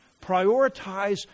Prioritize